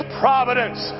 providence